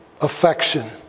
affection